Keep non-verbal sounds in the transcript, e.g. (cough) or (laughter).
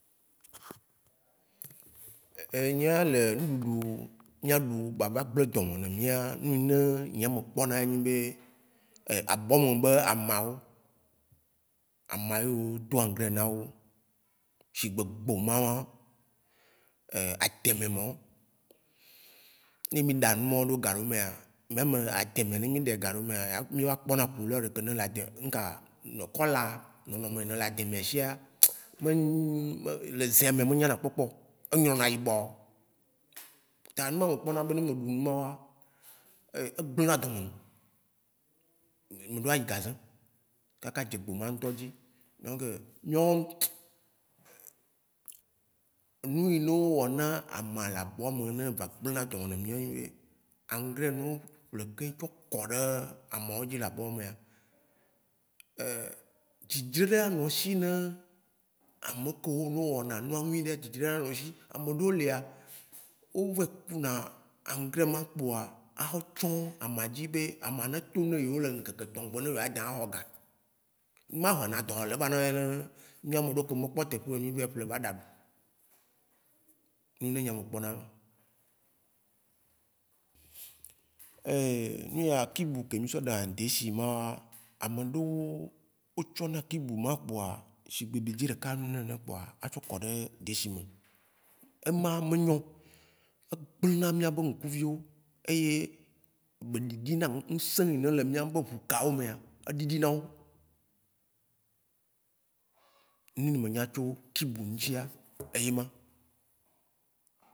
(hesitation) nyea le nuɖuɖu mia ɖu bava gble ɖome ne mia, nu yi ne nyea me kpɔna ye nyi be, e abɔme be amawo, ama eyiwo do angrais nawo shigbe gboma e ademe mawo. Ne mi ɖa numawo ɖo gaɖeomɛa meme ademè ne mi ɖɛ gaɖeomɛa, míe va kpɔna kuleur ke ne le ademè, nuka kɔla nɔnɔme yi ne le ademea sia, me nyi, le zea mea. me nyana kpɔo eee, e ɣrɔna yibɔ. Ta numa me kpɔna be ne me ɖu numawoa, e egblena ɖome nuŋ, me ɖo a yi gaze. Kaka dze gboma ŋtɔ dzi. Donk, enu yi ne o wɔ ne ama le abɔme ye eva gblena abɔme na mi ye nyi be, angrais yi ne o ƒle keŋ tsɔ kɔɖe amawo ɖzi le abɔmea, ee, dzidzi ɖe a nɔ esi ne, amekewo wɔna nua nyuiɖea dzidzi ɖe a nɔ esi. Ameɖeo lea, o va yi kuna angrais ma kpoa, a kɔ tsɔ̃ ama dzi be ama ne to na yewo le ŋkeke tɔ̃ mɛgbe ne yewoa dã a xɔ ga. Numa hĩna dɔlele va ne mi ameɖewo ke me kpɔ teƒeo mi va yi ƒle va ɖa ɖu. Nu yi ne nyea nye me kpɔna ema. (hesitation) enuya, kibu ke mi sɔ ɖana deshi mawoa, ame ɖewo, o tsɔna kibu ma kpoa, shigbe biedzĩ ɖeka nu nene kpoa a sɔ kɔɖe deshi me. Ema me nyɔo. e glena miabe ŋkuviwo eye be ɖiɖina ŋ'sĩ yi ne le miaƒe ʋukãwo mea e ɖiɖina wo. Nu yi nye me nya tso kibu ŋtsi eye ma.